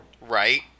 Right